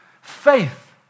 Faith